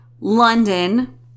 London